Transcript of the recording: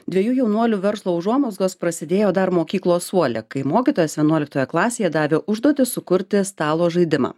dviejų jaunuolių verslo užuomazgos prasidėjo dar mokyklos suole kai mokytojas vienuoliktoje klasėje davė užduotį sukurti stalo žaidimą